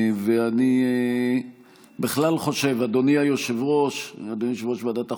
אני בכלל חושב, אדוני יושב-ראש ועדת החוקה,